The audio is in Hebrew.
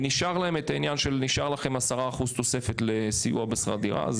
נשאר את העניין שנשאר לכם כ-10% תוספת לסיוע בשכר דירה,